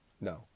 no